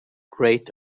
great